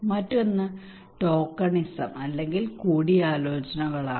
മറ്റൊന്ന് ടോക്കണിസം അല്ലെങ്കിൽ കൂടിയാലോചനകളാണ്